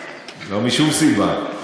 לא משום סיבה.